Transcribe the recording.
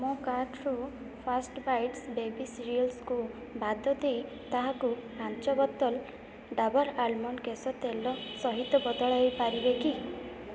ମୋ କାର୍ଟ୍ରୁ fast bites baby ସିରିଏଲ୍ସ୍କୁ ବାଦ ଦେଇ ତାହାକୁ ପାଞ୍ଚ ବୋତଲ ଡାବର୍ ଆଲମଣ୍ଡ୍ କେଶ ତେଲ ସହିତ ବଦଳାଇ ପାରିବେ କି